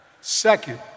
Second